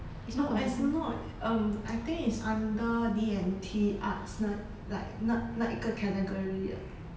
not as in not um I think it's under D&T arts 那 like 那那一个 category 的